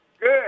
Good